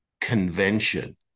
convention